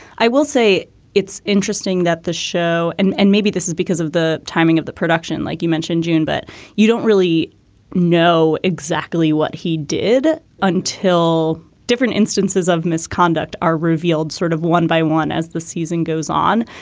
i will say it's interesting that the show and and maybe this is because of the timing of the production, like you mentioned, june. but you don't really know exactly what he did until different instances of misconduct are revealed sort of one by one as the season goes on.